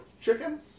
chicken